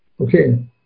Okay